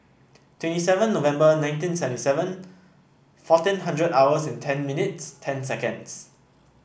twenty seven November nineteen seventy seven fourteen hundred hours and ten minutes ten seconds